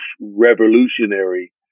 revolutionary